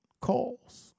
calls